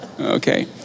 Okay